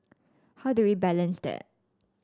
how do we balance that